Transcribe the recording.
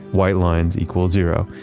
white lines equals zero.